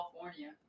California